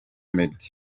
meddy